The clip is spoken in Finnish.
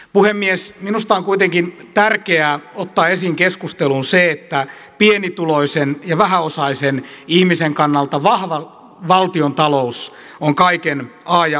puhemies minusta on kuitenkin tärkeää ottaa esiin keskusteluun se että pienituloisen ja vähäosaisen ihmisen kannalta vahva valtiontalous on kaiken a ja o